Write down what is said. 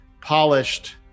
polished